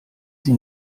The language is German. sie